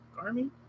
army